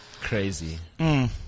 Crazy